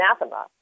anathema